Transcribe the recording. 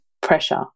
pressure